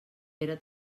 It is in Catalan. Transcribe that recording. era